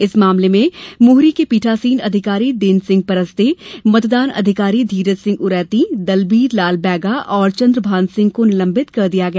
इस मामले में मौहरी के पीठासीन अधिकारी देन सिंह परस्ते मतदान अधिकारी धीरज सिंह उरैती दलबीर लाल बैगा और चन्द्र भान सिंह को निलंबित कर दिया गया